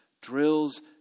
drills